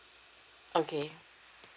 okay